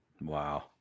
Wow